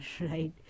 right